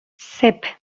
sep